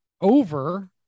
over